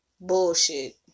bullshit